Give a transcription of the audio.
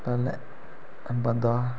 पैह्ले बंदा